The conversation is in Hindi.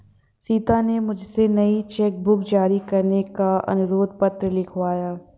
सीता ने मुझसे नई चेक बुक जारी करने का अनुरोध पत्र लिखवाया